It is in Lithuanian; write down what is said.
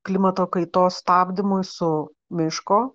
klimato kaitos stabdymui su laišku